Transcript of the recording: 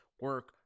Work